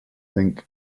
think